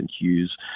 Hughes